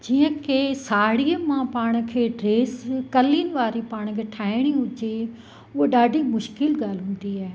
जीअं की साड़ीअ मां पाण खे ड्रेस कलीन वारी पाण खे ठाहिणी हुजे उहा ॾाढी मुश्किल ॻाल्हि हूंदी आहे